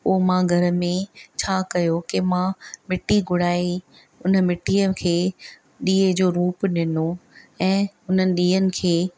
पोइ मां घर में छा कयो की मां मिटी घुराई उन मिटी खे ॾीए जो रूप ॾिनो ऐं हुननि ॾीअनि खे